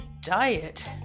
diet